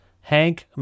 Hank